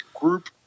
group